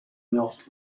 milk